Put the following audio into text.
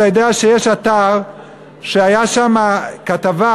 אתה יודע שיש אתר שהייתה שם כתבה,